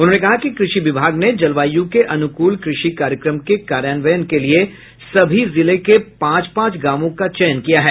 उन्होंने कहा कि कृषि विभाग ने जलवायु के अनुकूल कृषि कार्यक्रम के कार्यान्वयन के लिए सभी जिले के पांच पांच गांवों का चयन किया है